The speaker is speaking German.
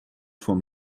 vom